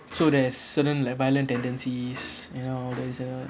so there's certain like violent tendencies you know there is a